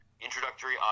introductory